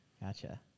Gotcha